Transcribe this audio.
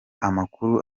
amakuru